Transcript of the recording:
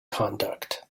conduct